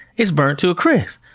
it's burnt to a crisp.